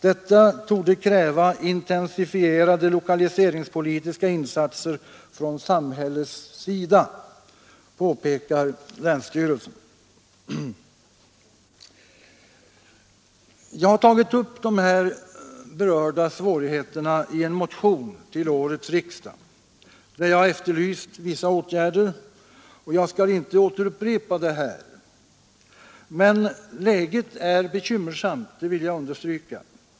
Detta torde kräva intensifierade lokaliseringspolitiska insatser från samhällets sida, påpekar länsstyrelsen. Jag har tagit upp de berörda svårigheterna i en motion till årets riksdag, där jag efterlyser vissa åtgärder. Jag skall inte upprepa dem här, men jag vill understryka att läget är bekymmersamt.